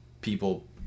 people